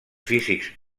físics